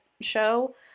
show